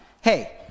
hey